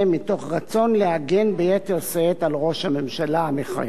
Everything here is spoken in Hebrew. מתוך רצון להגן ביתר שאת על ראש הממשלה המכהן.